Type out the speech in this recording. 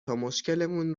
تامشکلمون